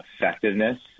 effectiveness